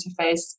interface